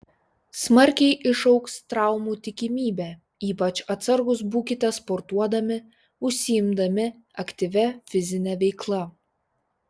smarkiai išaugs traumų tikimybė ypač atsargūs būkite sportuodami užsiimdami aktyvia fizine veikla